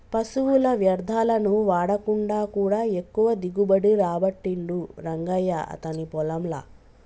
పశువుల వ్యర్ధాలను వాడకుండా కూడా ఎక్కువ దిగుబడి రాబట్టిండు రంగయ్య అతని పొలం ల